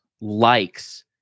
likes